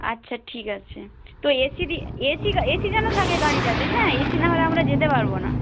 আচ্ছা ঠিক আছে তো A C A C A C যেন থাকে গাড়িটাতে হ্যাঁ এ সি না হলে আমরা যেতে পারব না